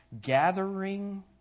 gathering